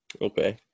Okay